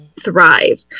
thrive